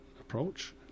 approach